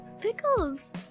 Pickles